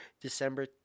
December